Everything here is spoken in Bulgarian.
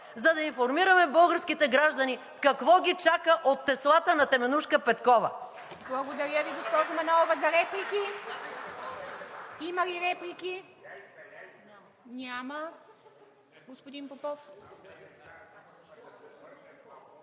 за да информираме българските граждани какво ги чака от теслата на Теменужка Петкова.